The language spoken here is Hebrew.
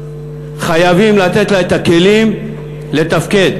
חייבים לתת לה את הכלים לתפקד.